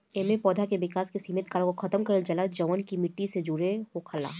एमे पौधा के विकास के सिमित कारक के खतम कईल जाला जवन की माटी से जुड़ल होखेला